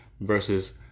versus